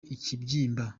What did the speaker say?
ikibyimba